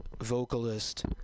vocalist